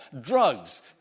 drugs